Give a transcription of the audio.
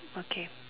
okay